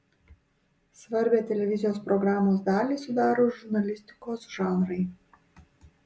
svarbią televizijos programos dalį sudaro žurnalistikos žanrai